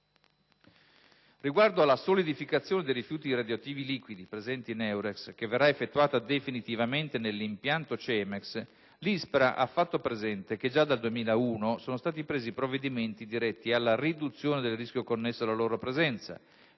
Riguardo alla solidificazione dei rifiuti radioattivi liquidi presenti in Eurex, che verrà effettuata, definitivamente, nell'impianto CEMEX, l'ISPRA ha fatto presente che, già dal 2001, sono stati presi provvedimenti diretti alla riduzione del rischio connesso alla loro presenza,